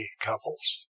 couples